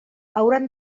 hauran